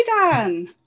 Dan